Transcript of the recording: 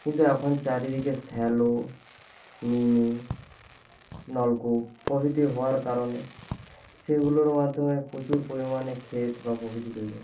কিন্তু এখন চারিদিকে শ্যালো মিনি নলকুয়ো প্রভৃতি হওয়ার কারণে সেগুলোর মাধ্যমে প্রচুর পরিমাণে খেত বা প্রভৃতি তৈরি হয়